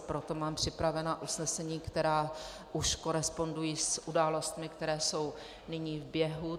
Proto mám připravena usnesení, která už korespondují s událostmi, které jsou nyní v běhu.